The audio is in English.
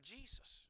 Jesus